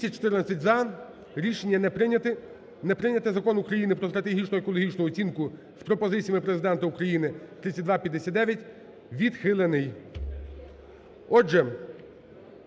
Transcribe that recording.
За-214 Рішення не прийняте. Закон України "Про стратегічну екологічну оцінку" з пропозиціями Президента України (3259) відхилений.